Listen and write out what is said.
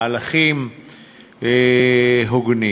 מהלכים הוגנים.